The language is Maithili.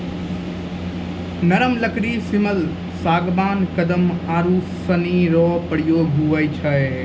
नरम लकड़ी सिमल, सागबान, कदम आरू सनी रो प्रयोग हुवै छै